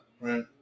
Right